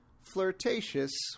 flirtatious